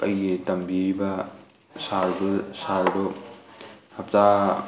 ꯑꯩꯒꯤ ꯇꯝꯕꯤꯔꯤꯕ ꯁꯥꯔꯗꯨ ꯍꯞꯇꯥ